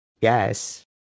yes